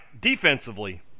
defensively